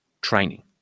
training